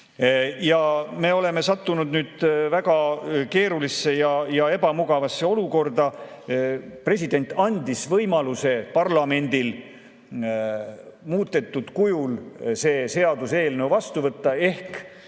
oleme nüüd sattunud väga keerulisse ja ebamugavasse olukorda. President andis võimaluse parlamendil muudetud kujul see seaduseelnõu vastu võtta ehk